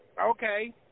Okay